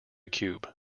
cube